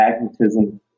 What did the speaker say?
magnetism